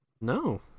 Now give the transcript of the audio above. No